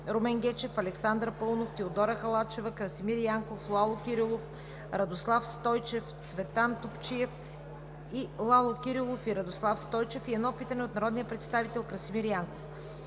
Румен Гечев, Александър Паунов, Теодора Халачева, Красимир Янков, Лало Кирилов, Радослав Стойчев, Цветан Топчиев, и Лало Кирилов и Радослав Стойчев и на едно питане от народния представител Красимир Янков.